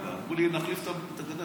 אמרו לי: נחליף את הגדר.